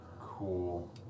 Cool